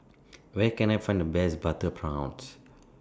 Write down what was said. Where Can I Find The Best Butter Prawns